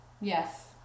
Yes